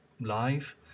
live